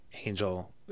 Angel